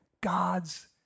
God's